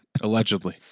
Allegedly